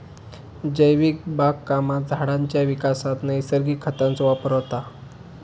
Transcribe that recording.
जैविक बागकामात झाडांच्या विकासात नैसर्गिक खतांचो वापर होता